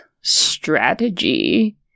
strategy